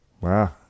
Wow